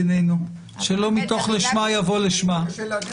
עלינו על זה שבלהט